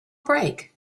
break